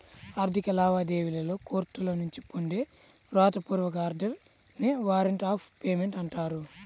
ఆర్థిక లావాదేవీలలో కోర్టుల నుంచి పొందే వ్రాత పూర్వక ఆర్డర్ నే వారెంట్ ఆఫ్ పేమెంట్ అంటారు